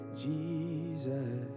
Jesus